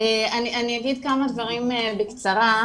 אני אגיד כמה דברים בקצרה.